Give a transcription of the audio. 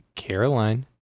Caroline